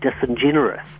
disingenuous